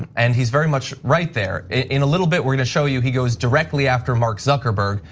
and he's very much right there. in a little bit, we're gonna show you he goes directly after mark zuckerberg.